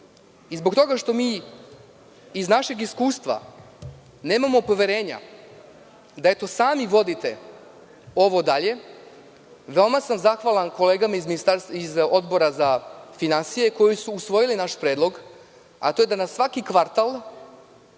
ništa. Zbog toga što mi iz našeg iskustva nemamo poverenja da sami vodite ovo dalje, veoma sam zahvalan kolegama iz Odbora za finansije koji su usvojili naš predlog, a to je da na svaki kvartal,